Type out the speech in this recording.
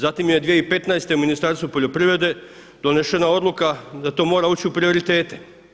Zatim je 2015. u Ministarstvu poljoprivrede donešena odluka da to mora ući u prioritete.